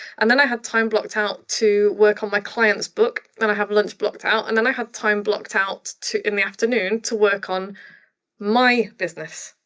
and then i had time blocked out to work on my client's book, then i have lunch blocked out. and then i had time blocked out in the afternoon to work on my business.